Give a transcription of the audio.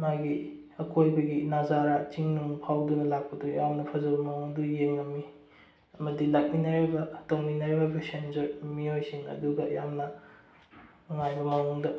ꯃꯥꯒꯤ ꯑꯀꯣꯏꯕꯒꯤ ꯅꯥꯖꯔꯥꯠ ꯆꯤꯡ ꯅꯨꯡ ꯐꯥꯎꯗꯨꯅ ꯂꯥꯛꯄꯗꯨ ꯌꯥꯝꯅ ꯐꯖꯕ ꯃꯑꯣꯡꯗ ꯌꯦꯡꯉꯝꯃꯤ ꯑꯃꯗꯤ ꯂꯥꯛꯃꯤꯟꯅꯔꯤꯕ ꯇꯧꯡꯃꯤꯟꯅꯔꯤꯕ ꯄꯦꯁꯦꯟꯖꯔ ꯃꯤꯑꯣꯏꯁꯤꯡ ꯑꯗꯨꯒ ꯌꯥꯝꯅ ꯅꯨꯡꯉꯥꯏꯕ ꯃꯑꯣꯡꯗ